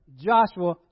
Joshua